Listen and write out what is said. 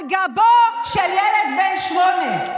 על גבו של ילד בן שמונה.